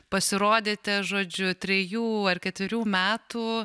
pasirodėte žodžiu trejų ar ketverių metų